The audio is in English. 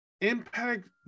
Impact